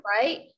right